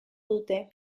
dute